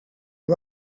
one